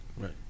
right